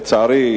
לצערי,